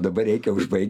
dabar reikia užbaigt